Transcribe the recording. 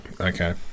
Okay